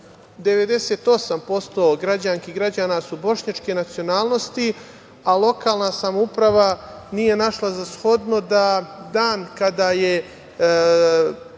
98% građanki i građana su bošnjačke nacionalnosti, a lokalna samouprava nije našla za shodno da dan kada je